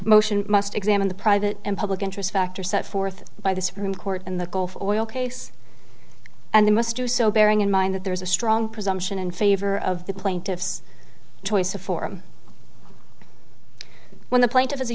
motion must examine the private and public interest factor set forth by the supreme court in the gulf oil case and they must do so bearing in mind that there is a strong presumption in favor of the plaintiff's choice of form when the plaint